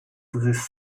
this